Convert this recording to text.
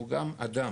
הוא גם אדם.